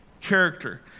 character